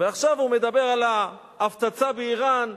ועכשיו הוא מדבר על ההפצצה באירן,